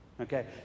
okay